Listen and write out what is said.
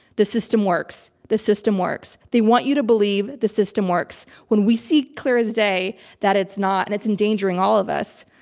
the system works. the system works. they want you to believe the system works, when we see clear as day that it's not and it's endangering all of us.